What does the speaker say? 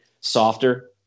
Softer